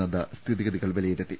നദ്ദ സ്ഥിതിഗതികൾ വില യിരുത്തി